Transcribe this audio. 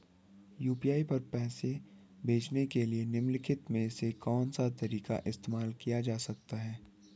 UPI पर पैसे भेजने के लिए निम्नलिखित में से कौन सा तरीका इस्तेमाल किया जा सकता है?